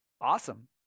awesome